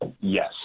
Yes